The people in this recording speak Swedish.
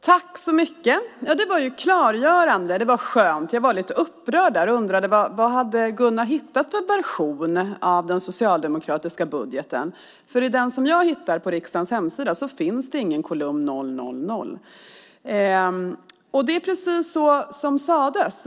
Herr talman! Det var klargörande. Det var skönt. Jag var lite upprörd och undrade vad Gunnar Axén hade hittat för version av den socialdemokratiska budgeten. För i den som jag hittar på riksdagens hemsida finns det ingen kolumn 000. Det är precis som sades.